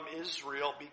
Israel